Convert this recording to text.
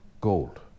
gold